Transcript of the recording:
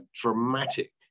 dramatic